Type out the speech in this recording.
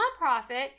nonprofit